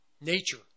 nature